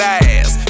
ass